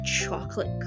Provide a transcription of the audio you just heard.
chocolate